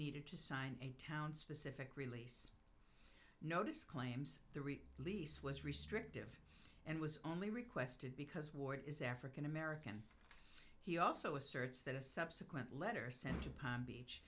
needed to sign a town specific release notice claims the rate lease was restrictive and was only requested because war is african american he also asserts that a subsequent letter sent to palm beach